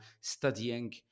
studying